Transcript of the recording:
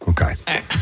Okay